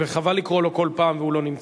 חבל לקרוא לו כל פעם והוא לא נמצא.